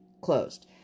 closed